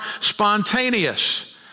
spontaneous